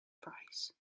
price